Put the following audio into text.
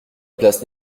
place